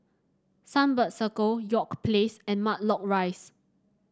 Sunbird Circle York Place and Matlock Rise